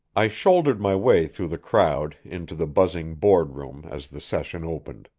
i shouldered my way through the crowd into the buzzing board-room as the session opened.